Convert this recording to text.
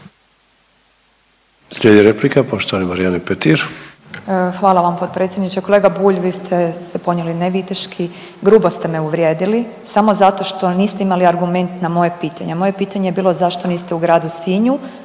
Slijedi replika poštovane Marijane Petir.